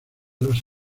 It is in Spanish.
los